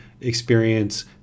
experience